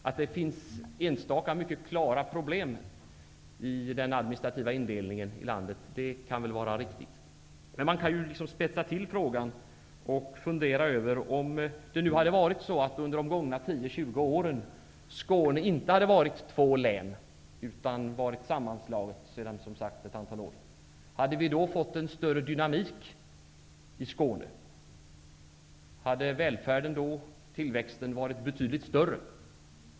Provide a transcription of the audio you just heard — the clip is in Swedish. Att det finns enstaka, mycket klara, problem i den administrativa indelningen av landet, det kan väl vara riktigt. Men man kan spetsa till frågan och säga: Om Skåne under de gångna 10--20 åren inte varit två län utan i stället ett sammanslaget län, hade vi då fått en större dynamik där? Hade välfärden, tillväxten, varit betydligt större?